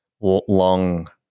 long